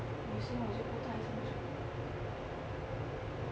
女生我就不太清楚